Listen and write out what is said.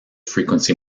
frequency